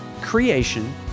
Creation